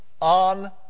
on